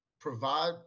provide